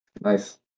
Nice